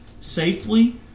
safely